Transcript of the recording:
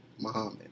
Muhammad